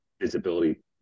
visibility